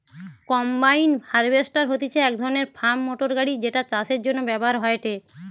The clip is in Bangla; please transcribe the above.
কম্বাইন হার্ভেস্টর হতিছে এক ধরণের ফার্ম মোটর গাড়ি যেটা চাষের জন্য ব্যবহার হয়েটে